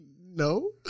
No